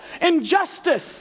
injustice